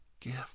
gift